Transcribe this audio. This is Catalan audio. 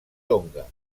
tonga